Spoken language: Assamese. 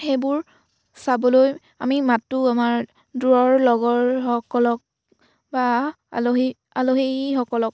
সেইবোৰ চাবলৈ আমি মাতোঁ আমাৰ দূৰৰ লগৰসকলক বা আলহী আলহীসকলক